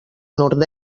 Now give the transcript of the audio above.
nord